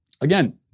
Again